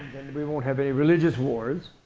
and we won't have any religious wars,